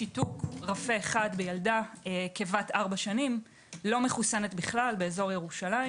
שיתוק בילדה כבת 4 נשים לא מחוסנת כלל באזור ירושלים.